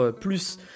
plus